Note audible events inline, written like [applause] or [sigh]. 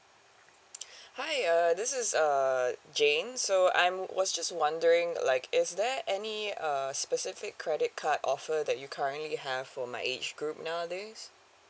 [noise] hi uh this is uh jane so I'm was just wondering like is there any uh specific credit card offer that you currently have for my age group nowadays